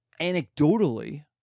Anecdotally